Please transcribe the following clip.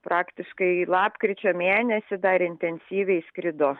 praktiškai lapkričio mėnesį dar intensyviai skrido